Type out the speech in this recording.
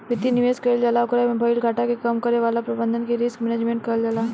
वित्तीय निवेश कईल जाला ओकरा में भईल घाटा के कम करे वाला प्रबंधन के रिस्क मैनजमेंट कहल जाला